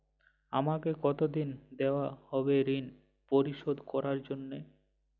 আমাকে কতদিন দেওয়া হবে ৠণ পরিশোধ করার জন্য?